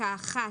(א)בפסקה (1),